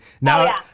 now